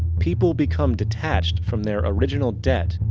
people become detached from their original debt.